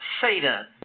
Satan